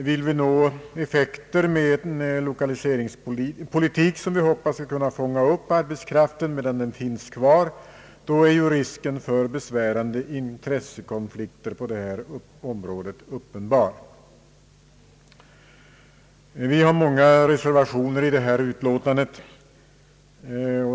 Vill vi nå effekter med en lokaliseringspolitik, som vi hoppas skall fånga upp arbetskraften medan den finns kvar, är risken för besvärande intressekonflikter uppenbar. Vi har många reservationer i detta utlåtande.